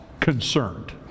concerned